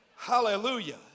Hallelujah